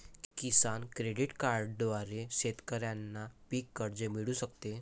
किसान credit कार्डद्वारे शेतकऱ्यांना पीक कर्ज मिळू शकते